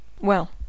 Well